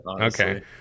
Okay